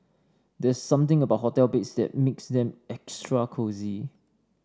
there's something about hotel beds that makes them extra cosy